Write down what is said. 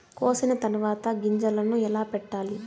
కోసిన తర్వాత గింజలను ఎలా పెట్టాలి